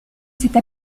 cette